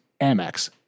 Amex